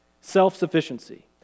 self-sufficiency